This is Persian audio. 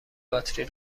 باتری